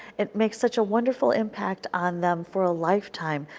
it makes such a wonderful impact on them for a lifetime,